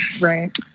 right